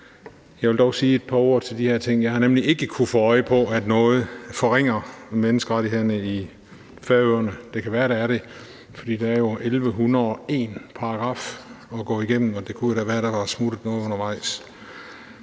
Jeg vil dog sige et par ord i forhold til de her ting. Jeg har nemlig ikke kunnet få øje på, at noget forringer menneskerettighederne i Færøerne. Det kan være, der er det, for der er jo 1.101 paragraffer at gå igennem, og det kunne da være, at der var smuttet noget undervejs.